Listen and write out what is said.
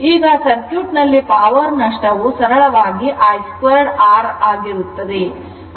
ಈಗ ಸರ್ಕ್ಯೂಟ್ ನಲ್ಲಿ ಪವರ್ ನಷ್ಟವು ಸರಳವಾಗಿ I2R ಆಗಿರುತ್ತದೆ